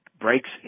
breaks